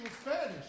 Spanish